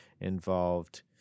involved